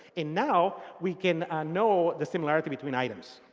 and now we can know the similarity between items.